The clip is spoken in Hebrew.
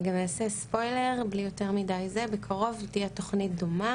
אני גם אעשה ספוילר, בקרוב תהיה תוכנית דומה